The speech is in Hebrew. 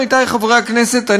עמיתי חברי הכנסת,